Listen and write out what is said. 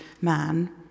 man